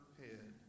head